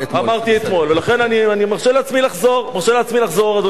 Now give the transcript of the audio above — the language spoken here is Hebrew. אמרתי אתמול ואני מרשה לעצמי לחזור עליהם, אדוני.